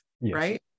right